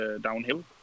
downhill